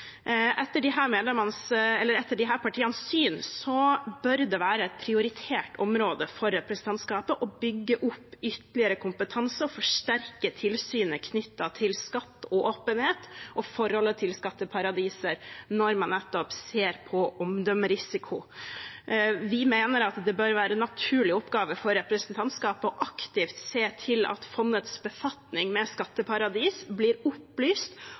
Etter disse partienes syn bør det være et prioritert område for representantskapet å bygge opp ytterligere kompetanse og forsterke tilsynet knyttet til skatt og åpenhet og forholdet til skatteparadiser, når man ser på nettopp omdømmerisiko. Vi mener at det bør være en naturlig oppgave for representantskapet aktivt å se til at fondets befatning med skatteparadiser blir opplyst